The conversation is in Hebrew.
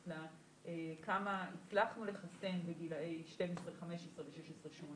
קונטקסט לכמה הצלחנו לחסן בגילאי 12-15 ו-16-18.